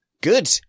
Good